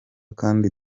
kandi